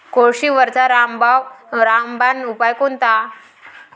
कोळशीवरचा रामबान उपाव कोनचा?